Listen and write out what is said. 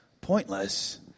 pointless